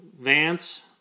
Vance